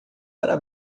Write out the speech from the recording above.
para